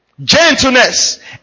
Gentleness